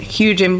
huge